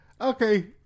okay